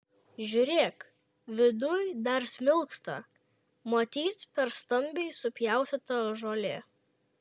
žiūrėk viduj dar smilksta matyt per stambiai supjaustyta žolė